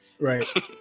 Right